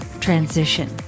transition